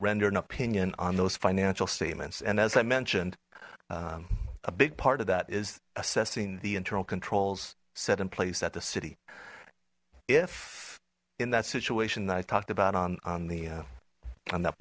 render an opinion on those financial statements and as i mentioned a big part of that is assessing the internal controls set in place at the city if in that situation that i talked about on on the on that